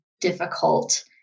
difficult